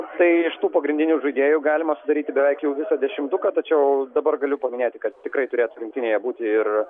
tai iš tų pagrindinių žaidėjų galima sudaryti beveik jau visą dešimtuką tačiau dabar galiu paminėti kad tikrai turėtų rinktinėje būti ir